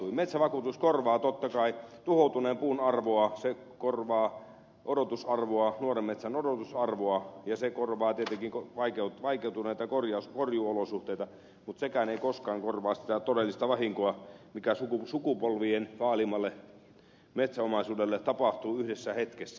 metsävakuutus korvaa totta kai tuhoutuneen puun arvoa se korvaa nuoren metsän odotusarvoa ja se korvaa tietenkin vaikeutuneita korjuuolosuhteita mutta sekään ei koskaan korvaa sitä todellista vahinkoa mikä sukupolvien vaalimalle metsäomaisuudelle tapahtuu yhdessä hetkessä